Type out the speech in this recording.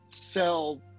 sell